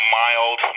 mild